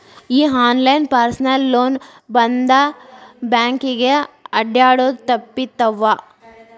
ಈ online personal loan ಬಂದ್ ಬ್ಯಾಂಕಿಗೆ ಅಡ್ಡ್ಯಾಡುದ ತಪ್ಪಿತವ್ವಾ